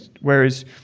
Whereas